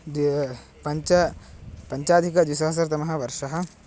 द्व्यधिकं पञ्च पञ्चाधिकद्विसहस्रतमः वर्षः